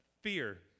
fear